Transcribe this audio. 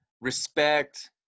respect